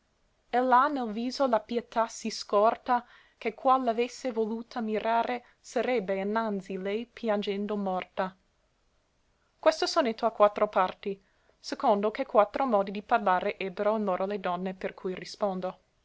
ell'ha nel viso la pietà sì scorta che qual l'avesse voluta mirare sarebbe innanzi lei piangendo morta questo sonetto ha quattro parti secondo che quattro modi di parlare ebbero in loro le donne per cui rispondo